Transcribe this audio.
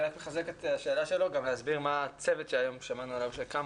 אני אחזק את השאלה ואשאל מה תפקידו של הצוות ששמענו היום שהוקם,